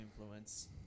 influence